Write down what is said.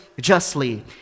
justly